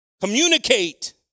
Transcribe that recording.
communicate